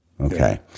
Okay